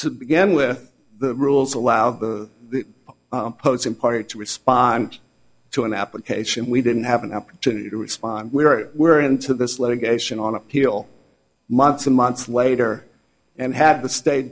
to begin with the rules allow the opposing party to respond to an application we didn't have an opportunity to respond where we're into this litigation on appeal months and months later and had the state